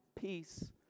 peace